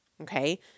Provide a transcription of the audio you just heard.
okay